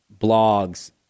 blogs